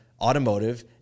automotive